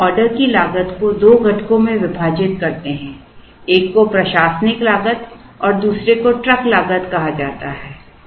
अब हम ऑर्डर की लागत को दो घटकों में विभाजित करते हैं एक को प्रशासनिक लागत और दूसरे को ट्रक लागत कहा जाता है